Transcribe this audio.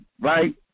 right